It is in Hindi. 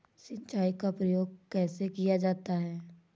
सिंचाई का प्रयोग कैसे किया जाता है?